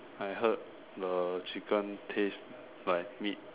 I heard the chicken taste like meat